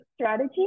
strategy